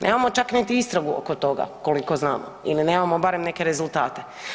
Nemamo čak niti istragu oko toga koliko znamo ili nemamo barem neke rezultate.